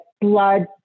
blood